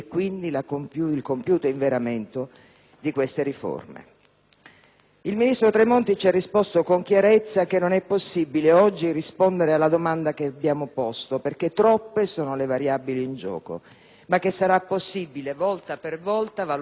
Il ministro Tremonti ci ha risposto, con chiarezza, che non è possibile oggi rispondere alla domanda che abbiamo posto, perché troppe sono le variabili in gioco, ma che sarà possibile, volta per volta, valutare l'impatto economico di ogni singolo decreto legislativo.